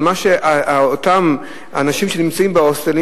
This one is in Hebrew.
על מה שאותם אנשים שנמצאים בהוסטלים